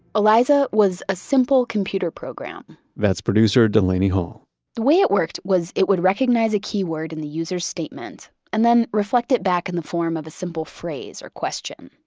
eliza was a simple computer program that's producer delaney hall the way it worked was it would recognize a keyword in the user's statement and then reflect it back in the form of a simple phrase or question.